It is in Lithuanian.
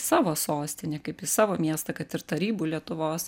savo sostinę kaip į savo miestą kad ir tarybų lietuvos